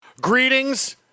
Greetings